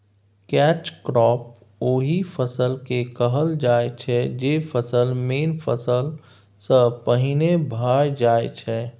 catch crop ओहि फसल केँ कहल जाइ छै जे फसल मेन फसल सँ पहिने भए जाइ छै